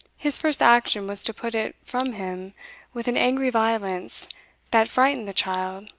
his first action was to put it from him with an angry violence that frightened the child